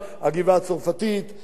פסגת-זאב וכדומה,